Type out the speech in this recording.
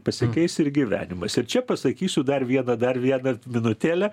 pasikeis ir gyvenimas ir čia pasakysiu dar vieną dar vieną minutėlę